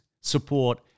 support